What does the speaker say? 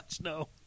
no